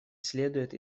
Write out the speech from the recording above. следует